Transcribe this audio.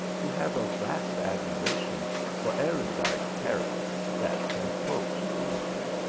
who have a vast admiration for erudite parrots that can quote poetry.